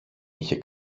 είχε